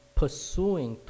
pursuing